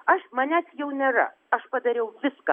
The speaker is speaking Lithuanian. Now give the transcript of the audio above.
aš manęs jau nėra aš padariau viską